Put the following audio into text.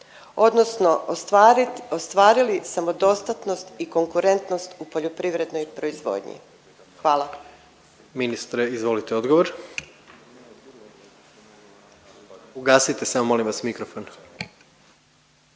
ostvarit, ostvarili samodostatnost i konkurentnost u poljoprivrednoj proizvodnji? Hvala. **Jandroković, Gordan (HDZ)** Ministre izvolite odgovor. Ugasite samo molim vas mikrofon.